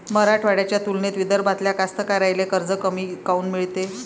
मराठवाड्याच्या तुलनेत विदर्भातल्या कास्तकाराइले कर्ज कमी काऊन मिळते?